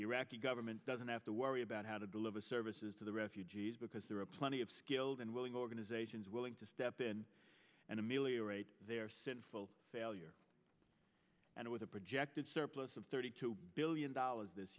iraqi government doesn't have to worry about how to deliver services to the refugees because there are plenty of skilled and willing organizations willing to step in and ameliorate their sinful failure and with a projected surplus of thirty two billion dollars this